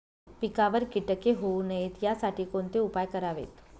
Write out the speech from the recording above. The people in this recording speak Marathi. पिकावर किटके होऊ नयेत यासाठी कोणते उपाय करावेत?